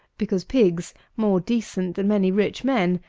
because pigs, more decent than many rich men,